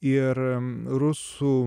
ir rusų